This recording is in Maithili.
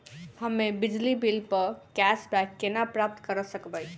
हम्मे बिजली बिल प कैशबैक केना प्राप्त करऽ सकबै?